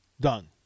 Done